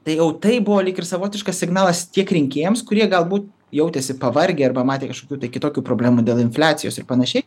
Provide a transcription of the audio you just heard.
tai jau tai buvo lyg ir savotiškas signalas tiek rinkėjams kurie galbūt jautėsi pavargę arba matė kažkokių tai kitokių problemų dėl infliacijos ir panašiai